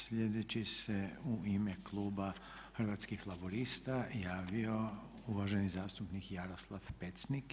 Sljedeći se u ime kluba Hrvatskih laburista javio uvaženi zastupnik Jaroslav Pecnik.